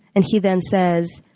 and he then says,